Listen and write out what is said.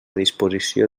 disposició